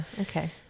okay